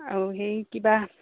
আৰু সেই কিবা